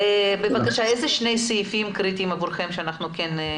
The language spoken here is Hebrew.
איזה שני סעיפים קריטיים עבורכם שכן נדון בהם?